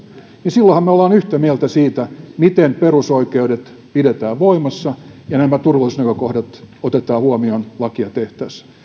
niin silloinhan me olemme yhtä mieltä siitä miten perusoikeudet pidetään voimassa ja nämä turvallisuusnäkökohdat otetaan huomioon lakia tehtäessä